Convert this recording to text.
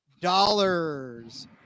dollars